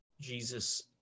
Jesus